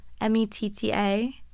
M-E-T-T-A